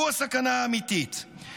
תודה רבה.